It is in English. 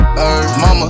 Mama